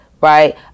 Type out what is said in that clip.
right